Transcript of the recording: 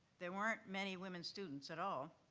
there weren't many women students at all.